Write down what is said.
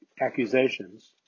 accusations